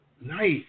Nice